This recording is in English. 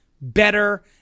better